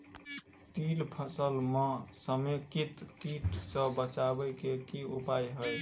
तिल फसल म समेकित कीट सँ बचाबै केँ की उपाय हय?